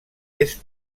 est